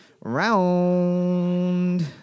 round